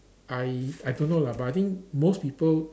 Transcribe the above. I I don't know lah but I think most people